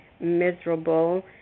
miserable